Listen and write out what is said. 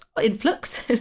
influx